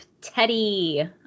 Teddy